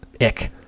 ick